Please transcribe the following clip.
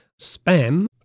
spam